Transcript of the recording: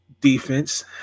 defense